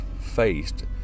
faced